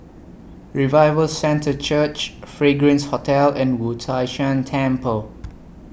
Revival Centre Church Fragrance Hotel and Wu Tai Shan Temple